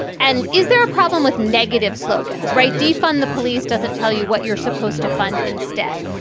and is there a problem with negative slogans? right. defund the police doesn't tell you what you're supposed to fund. instead,